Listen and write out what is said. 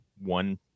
one